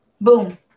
boom